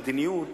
המדיניות